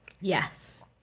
Yes